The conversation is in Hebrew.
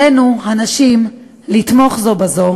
עלינו, הנשים, לתמוך זו בזו,